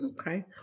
Okay